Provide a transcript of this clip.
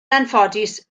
anffodus